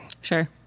Sure